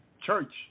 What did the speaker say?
church